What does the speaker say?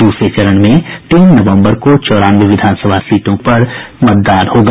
दूसरे चरण में तीन नवम्बर को चौरानवे विधानसभा सीटों पर मतदान होगा